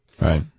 Right